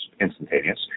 instantaneous